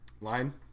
Line